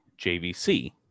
JVC